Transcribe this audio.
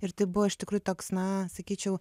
ir tai buvo iš tikrųjų toks na sakyčiau